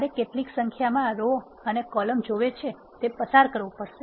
તમારે કેટલી સંખ્યામાં રો અને કોલમ જોવે છે તે પસાર કરવુ પડશે